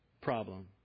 problem